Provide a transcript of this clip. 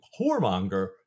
whoremonger